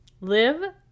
Live